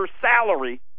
salary